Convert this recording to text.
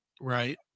right